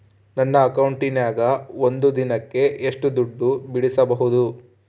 ನನ್ನ ಅಕೌಂಟಿನ್ಯಾಗ ಒಂದು ದಿನಕ್ಕ ಎಷ್ಟು ದುಡ್ಡು ಬಿಡಿಸಬಹುದು?